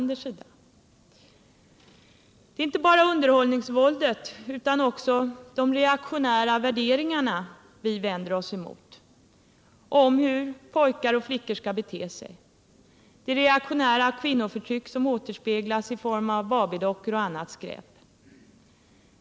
Det är inte bara underhållningsvåldet vi vänder oss emot utan även de reaktionära värderingarna om hur pojkar resp. flickor skall bete sig och det reaktionära kvinnoförtryck som återspeglas i form av Barbiedockor och annat skräp.